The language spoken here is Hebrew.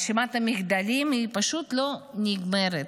רשימת המחדלים היא פשוט לא נגמרת.